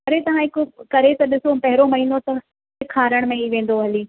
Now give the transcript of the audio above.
अरे तव्हां हिकु करे त ॾिसो पहिरों महीनो त सेखारण में ई वेंदो हली